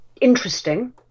interesting